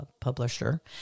publisher